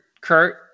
Kurt